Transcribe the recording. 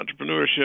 entrepreneurship